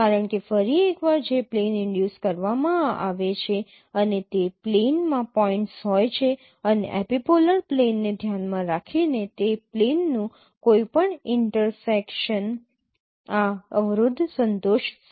કારણ કે ફરી એકવાર જે પ્લેન ઈનડ્યુસ કરવામાં આવે છે અને તે પ્લેનમાં પોઇન્ટ્સ હોય છે અને એપિપોલર પ્લેનને ધ્યાનમાં રાખીને તે પ્લેનનું કોઈપણ ઇન્ટરસેક્શન આ અવરોધ સંતોષશે